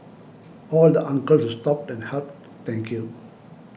all the uncles who stopped and helped thank you